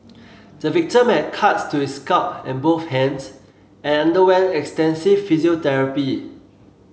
the victim had cuts to his scalp and both hands and underwent extensive physiotherapy